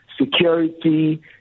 security